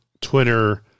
Twitter